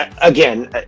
again